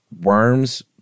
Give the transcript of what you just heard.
worms